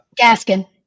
Gaskin